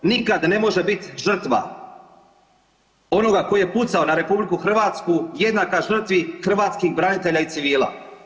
Nikad ne može biti žrtva onoga tko je pucao na RH jednaka žrtvi hrvatskih branitelja i civila.